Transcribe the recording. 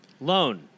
Loan